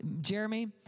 Jeremy